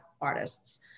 artists